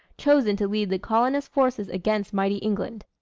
chosen to lead the colonist forces against mighty england.